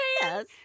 Yes